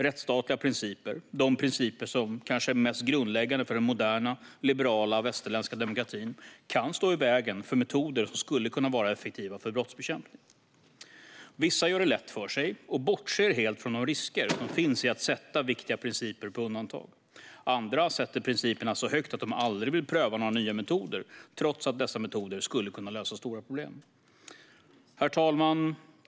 Rättsstatliga principer, som kanske är de mest grundläggande principerna för den moderna liberala västerländska demokratin, kan stå i vägen för metoder som skulle kunna vara effektiva för brottsbekämpning. Vissa gör det lätt för sig och bortser helt från de risker som finns i att sätta viktiga principer på undantag. Andra sätter principerna så högt att de aldrig vill pröva några nya metoder trots att dessa metoder skulle kunna lösa stora problem. Herr talman!